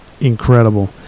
incredible